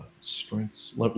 strengths